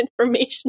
information